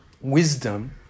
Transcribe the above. Wisdom